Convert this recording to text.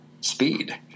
Speed